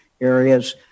areas